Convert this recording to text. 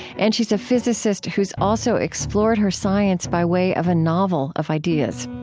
and she's a physicist who's also explored her science by way of a novel of ideas.